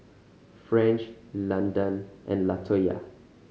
French Landan and Latoya